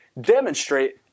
demonstrate